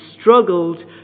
struggled